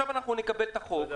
תודה.